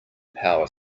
power